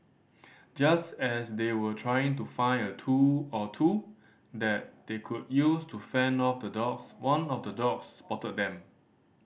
just as they were trying to find a tool or two that they could use to fend off the dogs one of the dogs spotted them